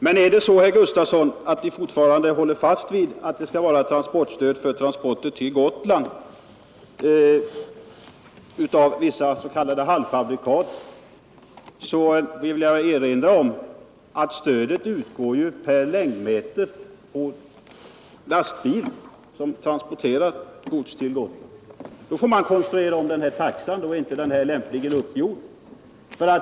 Men håller herr Gustafson i Göteborg fortfarande fast vid att det skall vara stöd för transporter till Gotland av vissa s.k. halvfabrikat, vill jag erinra om att stödet utgår per längdmeter på lastbilarna, som transporterar detta gods. Då får man konstruera om den taxa som finns, eftersom den inte är lämpligt uppgjord.